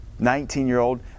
19-year-old